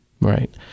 Right